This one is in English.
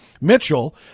Mitchell